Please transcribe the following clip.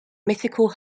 mythical